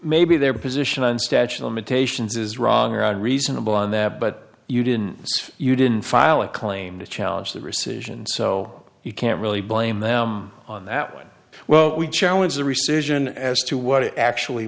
maybe their position on statute limitations is wrong on reasonable on that but you didn't you didn't file a claim to challenge the rescission so you can't really blame them on that one well we challenge the recession as to what it actually